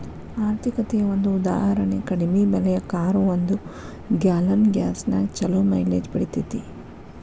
ಆರ್ಥಿಕತೆಯ ಒಂದ ಉದಾಹರಣಿ ಕಡಿಮೆ ಬೆಲೆಯ ಕಾರು ಒಂದು ಗ್ಯಾಲನ್ ಗ್ಯಾಸ್ನ್ಯಾಗ್ ಛಲೋ ಮೈಲೇಜ್ ಪಡಿತೇತಿ